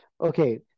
Okay